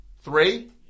Three